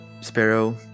Sparrow